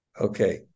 Okay